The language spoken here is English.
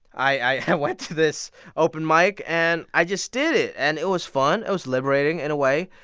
i went to this open mic and i just did it and it was fun. it was liberating in a way.